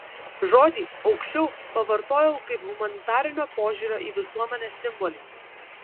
žodį aukščiau pavartojau kaip humanitarinio požiūrio į visuomenę simbolį